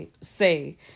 say